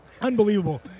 Unbelievable